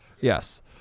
Yes